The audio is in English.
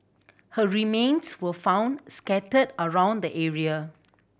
her remains were found scattered around the area